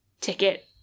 ticket